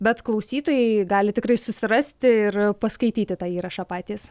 bet klausytojai gali tikrai susirasti ir paskaityti tą įrašą patys